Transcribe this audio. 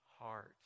heart